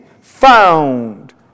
found